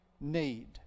need